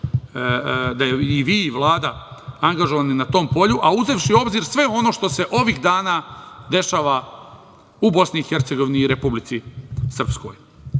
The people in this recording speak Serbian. i vi Vlada angažovani na tom polju, a uzevši u obzir sve ono što se ovih dana dešava u BiH i Republici Srpskoj? Taknuću